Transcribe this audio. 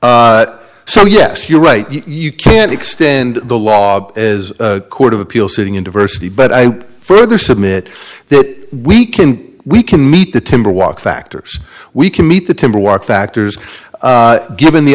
t so yes you're right you can't extend the law as court of appeal sitting in diversity but i further submit that we can we can meet the timber walk factor we can meet the timber walk factors given the